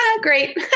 Great